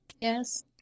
Yes